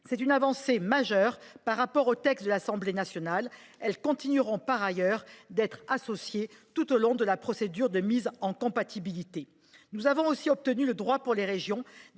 C’est une avancée majeure par rapport au texte de l’Assemblée nationale. En outre, elles continueront d’être associées tout au long de la procédure de mise en compatibilité. Nous avons aussi obtenu pour les régions